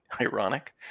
ironic